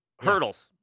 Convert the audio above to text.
Hurdles